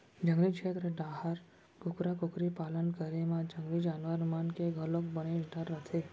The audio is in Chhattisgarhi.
जंगली छेत्र डाहर कुकरा कुकरी पालन करे म जंगली जानवर मन के घलोक बनेच डर रथे